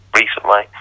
recently